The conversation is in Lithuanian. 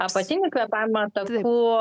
apatinių kvėpavimo takų